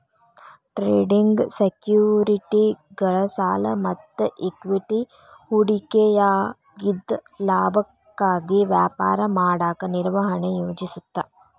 trading ಸೆಕ್ಯುರಿಟಿಗಳ ಸಾಲ ಮತ್ತ ಇಕ್ವಿಟಿ ಹೂಡಿಕೆಯಾಗಿದ್ದ ಲಾಭಕ್ಕಾಗಿ ವ್ಯಾಪಾರ ಮಾಡಕ ನಿರ್ವಹಣೆ ಯೋಜಿಸುತ್ತ